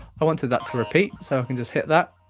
i wanted that to repeat so i can just hit that.